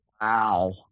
Wow